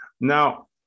Now